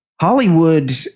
Hollywood